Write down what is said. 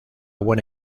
buena